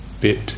bit